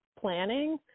planning